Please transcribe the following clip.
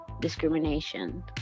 discrimination